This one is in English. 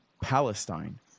Palestine